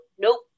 nope